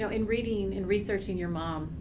so in reading, in researching your mom,